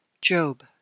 Job